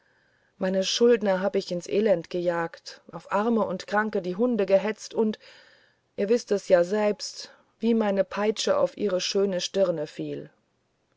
meine schuldner hab ich ins elend gejagt auf arme und kranke die hunde gehetzt und ihr wißt es ja selbst wie meine peitsche auf ihre schöne stirne fiel